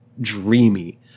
dreamy